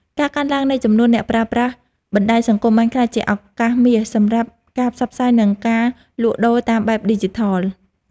ការកើនឡើងនៃចំនួនអ្នកប្រើប្រាស់បណ្តាញសង្គមបានក្លាយជាឱកាសមាសសម្រាប់ការផ្សព្វផ្សាយនិងការលក់ដូរតាមបែបឌីជីថល។